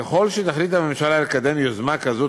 ככל שתחליט הממשלה לקדם יוזמה כזאת,